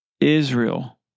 Israel